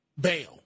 bail